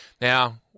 Now